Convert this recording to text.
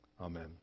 Amen